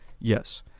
yes